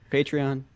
Patreon